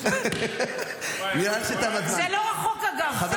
משכך, זה לא רחוק, אגב, מקשר.